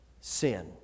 Sin